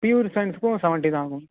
pure சைன்ஸ்க்கும் seventy தான் ma'am